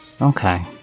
Okay